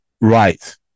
Right